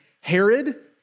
Herod